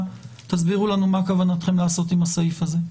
יסבירו לנו מה כוונתכם לעשות עם הסעיף הזה.